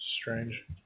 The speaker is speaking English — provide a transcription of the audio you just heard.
strange